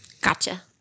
Gotcha